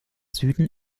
süden